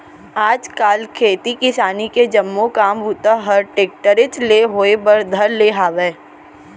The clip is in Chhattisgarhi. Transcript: आज काल खेती किसानी के जम्मो काम बूता हर टेक्टरेच ले होए बर धर ले हावय